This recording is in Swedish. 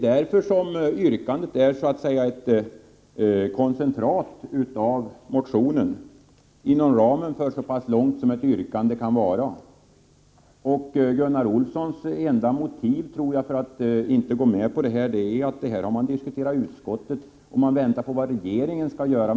Därför är yrkandet ett koncentrat av motionen. Det går så långt ett yrkande kan gå. Gunnar Olssons enda motiv för att inte biträda detta yrkande är att det har diskuterats i utskottet och att man väntar på vad regeringen skall göra.